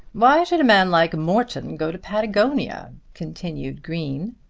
why should a man like morton go to patagonia? continued green.